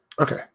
Okay